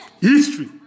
History